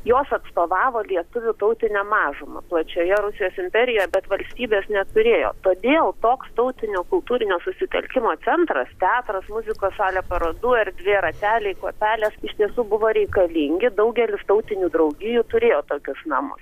jos atstovavo lietuvių tautinę mažumą plačioje rusijos imperijoje bet valstybės neturėjo todėl toks tautinio kultūrinio susitelkimo centras teatras muzikos salė parodų erdvė rateliai kuopelės iš tiesų buvo reikalingi daugelis tautinių draugijų turėjo tokius namus